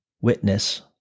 witness